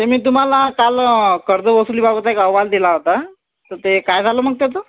ते मी तुम्हाला काल कर्जवसुलीबाबत ना एक अहवाल दिला होता तर ते काय झालं मग त्याचं